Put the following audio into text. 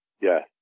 Yes